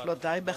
אך לא די בכך.